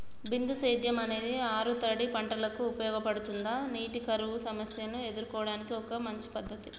బిందు సేద్యం అనేది ఆరుతడి పంటలకు ఉపయోగపడుతుందా నీటి కరువు సమస్యను ఎదుర్కోవడానికి ఒక మంచి పద్ధతి?